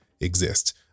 exist